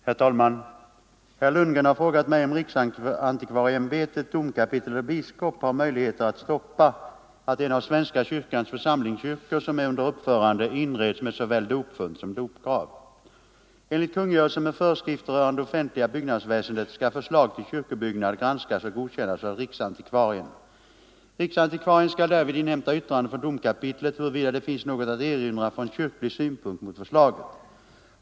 Herr talman! Herr Lundgren har frågat mig om riksantikvarieämbetet, domkapitel eller biskop har möjligheter att stoppa att en av svenska kyr kans församlingskyrkor, som är under uppförande, inreds med såväl dop = Nr 119 funt som dopgrav. Tisdagen den Enligt kungörelsen med föreskrifter rörande det offentliga byggnads 12 november 1974 väsendet skall förslag till kyrkobyggnad granskas och godkännas av riks+ = antikvarien. Riksantikvarien skall därvid inhämta yttrande från dom = Ang. beslutandekapitlet huruvida det finns något att erinra från kyrklig synpunkt mot = rätten vid inredning förslaget.